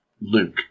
Luke